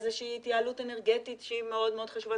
איזושהי התייעלות אנרגטית שהיא מאוד חשובה.